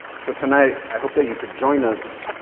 so tonight, i hope that you could join us,